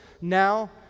now